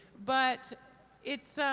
but it's